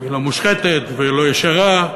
היא לא מושחתת והיא לא ישרה.